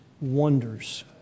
Wonders